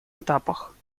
этапах